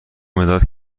مداد